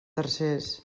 tercers